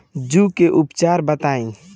जूं के उपचार बताई?